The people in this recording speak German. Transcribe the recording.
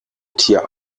tier